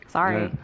Sorry